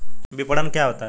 विपणन क्या होता है?